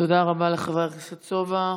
תודה רבה לחבר הכנסת סובה.